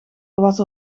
was